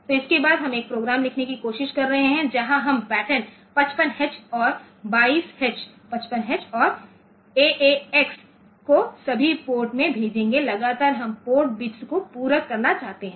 तो इसके साथ हम एक प्रोग्राम लिखने की कोशिश कर सकते हैं जहाँ हम पैटर्न 55h और 22H 55H और AAX को सभी पोर्ट्स में भेजेंगे लगातार हम पोर्ट बिट्स को पूरक करना चाहते हैं